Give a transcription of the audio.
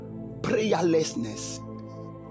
prayerlessness